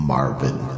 Marvin